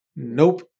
Nope